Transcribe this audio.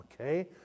Okay